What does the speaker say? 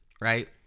right